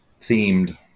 themed